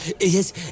Yes